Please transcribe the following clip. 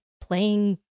playing